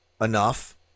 enough